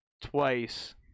twice